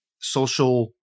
social